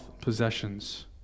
possessions